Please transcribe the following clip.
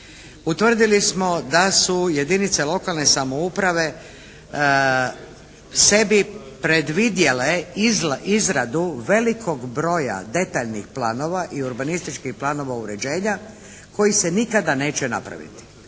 utvrdili smo da su jedinice lokalne samouprave sebi predvidjele izradu velikog broja detaljnih planova i urbanističkih planova uređenja koji se nikada neće napraviti.